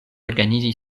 organizi